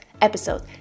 episode